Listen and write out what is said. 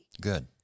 Good